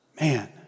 Man